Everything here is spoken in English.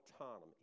autonomy